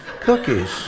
cookies